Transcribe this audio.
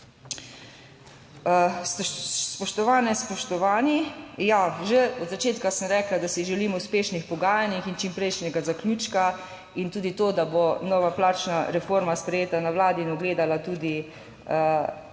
Spoštovane, spoštovani! Ja, že od začetka sem rekla, da si želim uspešnih pogajanjih in čimprejšnjega zaključka in tudi to, da bo nova plačna reforma sprejeta na Vladi in ugledala tudi luč